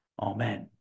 Amen